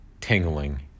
tingling